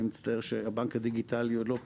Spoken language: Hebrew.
אני מצטער שהבנק הדיגיטלי עוד לא פה,